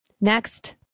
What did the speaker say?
Next